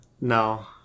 No